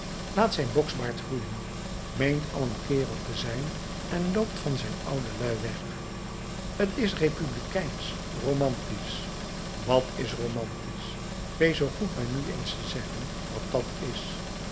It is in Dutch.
laat zijn boksbaard groeien meent al een kerel te zijn en loopt van zijn oude lui weg t is republikeinsch romantisch wat is romantisch wees zoo goed mij nu eens te zeggen wat dat is